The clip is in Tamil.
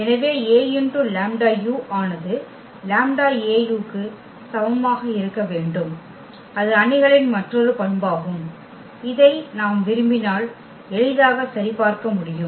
எனவே Aλu ஆனது λAu க்கு சமமாக இருக்க வேண்டும் அது அணிகளின் மற்றொரு பண்பாகும் இதை நாம் விரும்பினால் எளிதாக சரிபார்க்க முடியும்